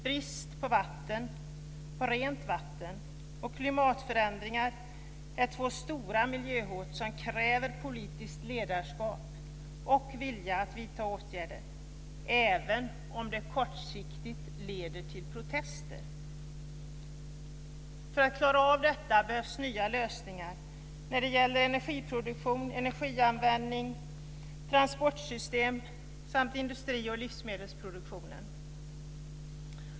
Brist på rent vatten och klimatförändringar är två stora miljöhot som kräver politiskt ledarskap och vilja att vidta åtgärder, även om det kortsiktigt leder till protester. För att klara av detta behövs nya lösningar när det gäller energiproduktion, energianvändning, transportsystem samt industri och livsmedelsproduktion.